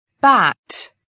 bat